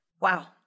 Wow